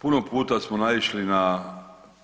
Puno puta smo naišli na